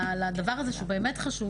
לדבר הזה שהוא באמת חשוב